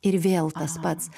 ir vėl tas pats